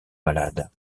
malades